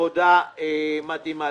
עבודה מתאימה.